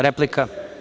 Replika.